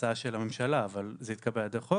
בהצעה של הממשלה אבל זה התקבל על ידי חוק,